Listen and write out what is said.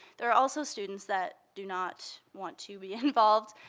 there are also students that do not want to be involved,